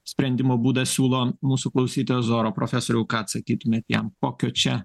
sprendimo būdą siūlo mūsų klausytojas zoro profesoriau ką atsakytumėte jam kokio čia